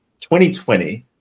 2020